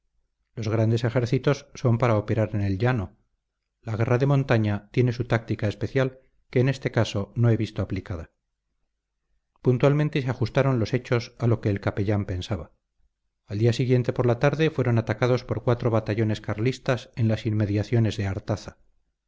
los grandes ejércitos son para operar en el llano la guerra de montaña tiene su táctica especial que en este caso no he visto aplicada puntualmente se ajustaron los hechos a lo que el capellán pensaba al día siguiente por la tarde fueron atacados por cuatro batallones carlistas en las inmediaciones de artaza